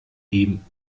eben